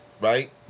right